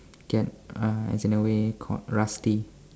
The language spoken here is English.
get uh as in a way called rusty